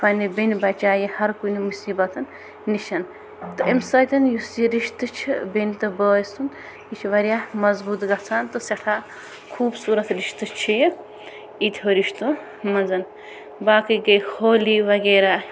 پنٛنہِ بیٚنہِ بَچایہِ ہر کُنہِ مصیبتہٕ نِش تہٕ اَمہِ سۭتھۍ یُس یہِ رشتہٕ چھُ بٮ۪نہِ تہٕ بٲے سُنٛد یہِ چھُ وارِیاہ مظبوٗط گَژھان تہٕ سٮ۪ٹھاہ خوٗبصوٗرت رشتہٕ چھُ یہِ ییٖتہو رشتو منٛز باقٕے گٔے ہولی وغیرہ